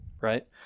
Right